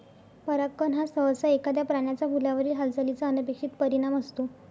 परागकण हा सहसा एखाद्या प्राण्याचा फुलावरील हालचालीचा अनपेक्षित परिणाम असतो